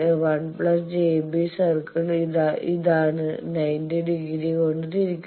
1 j B circle ഇതാണ് 90 degree കൊണ്ട് തിരിക്കുക